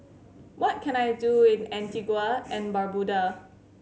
what can I do in Antigua and Barbuda